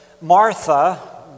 Martha